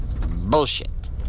bullshit